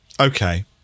okay